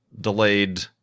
delayed